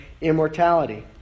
immortality